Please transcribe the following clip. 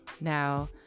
Now